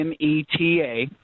META